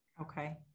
Okay